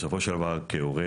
בסופו של דבר כהורה,